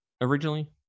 originally